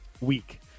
week